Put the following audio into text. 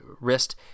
wrist